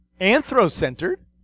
anthro-centered